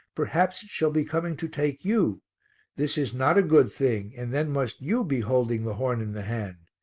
perhaps it shall be coming to take you this is not a good thing and then must you be holding the horn in the hand.